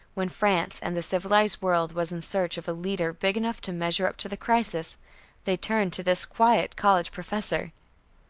when france and the civilized world was in search of a leader big enough to measure up to the crisis they turned to this quiet college professor!